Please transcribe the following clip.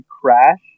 crash